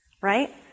right